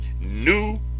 new